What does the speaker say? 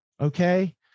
okay